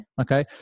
Okay